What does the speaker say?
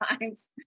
times